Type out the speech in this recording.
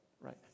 right